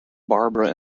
barbara